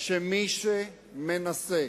שמי שמנסה,